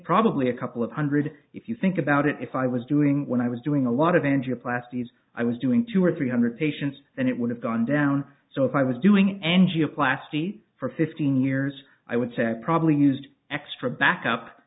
probably a couple of hundred if you think about it if i was doing when i was doing a lot of angioplasties i was doing two or three hundred patients then it would have gone down so if i was doing n g a classy for fifteen years i would say i probably used extra backup